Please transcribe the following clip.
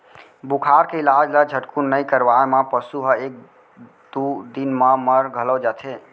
बुखार के इलाज ल झटकुन नइ करवाए म पसु ह एक दू दिन म मर घलौ जाथे